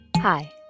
Hi